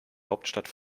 hauptstadt